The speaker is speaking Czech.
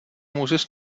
můžeš